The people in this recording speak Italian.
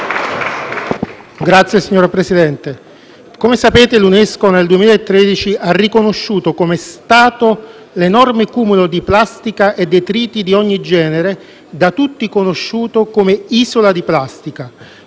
*(M5S)*. Signor Presidente, come sapete, l'UNESCO nel 2013 ha riconosciuto come Stato l'enorme cumulo di plastica e detriti di ogni genere, da tutti conosciuto come «isola di plastica»,